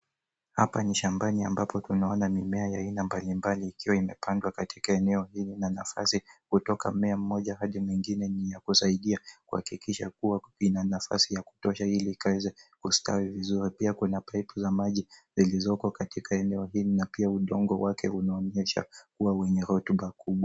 Hapa ni shambani ambapo tunaona mimea aina mbalimbali ikiwa imepandwa katika eneo hii na nafasi kutoka mmea mmoja hadi mwingine ni ya kusaidia kuhakikisha kuwa ina nafasi ya kutosha ili ikaweze kustawi vizuri na pia kuna paipu za maji zilizoko katika eneo hili na pia udongo wake unaonyesha kuwa wenye rotuba kubwa.